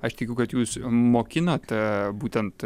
aš tikiu kad jūs mokinate būtent